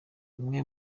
amwe